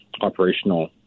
operational